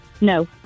No